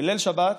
בליל שבת,